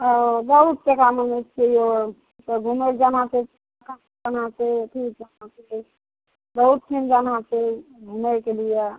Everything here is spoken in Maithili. ओ बहुत टका माँगै छिए यौ घुमैलए जाना छै जाना छै अथी जाना छै बहुत ठिन जाना छै घुमैके लिए